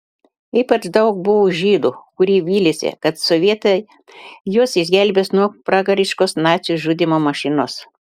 ypač daug buvo žydų kurie vylėsi kad sovietai juos išgelbės nuo pragariškos nacių žudymo mašinos